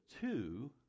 two